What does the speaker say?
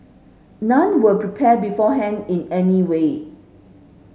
none were prepared beforehand in any way